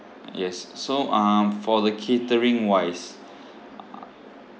yes so um for the catering wise